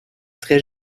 très